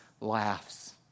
laughs